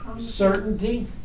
Certainty